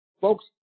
Folks